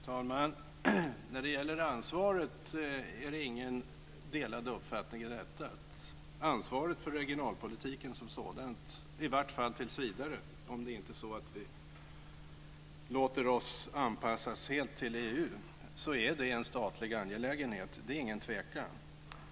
Fru talman! När det gäller ansvaret är det ingen delad uppfattning: Ansvaret för regionalpolitiken som sådan - i varje fall tills vidare, så länge vi inte låter oss anpassas helt till EU - är en statlig angelägenhet. Om det råder ingen tvekan.